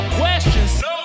questions